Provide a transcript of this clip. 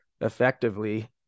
Effectively